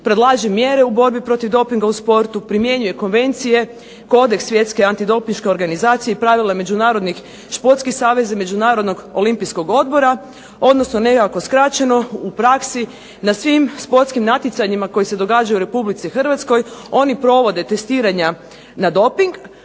predlaže mjere u borbi protiv dopinga u sportu, primjenjuje konvencije, kodeks Svjetske antidopinške organizacije i pravila međunarodnih športskih saveza i Međunarodnog olimpijskog odbora, odnosno nekako skraćeno u praksi na svim sportskim natjecanjima koji se događaju u RH oni provode testiranja na doping,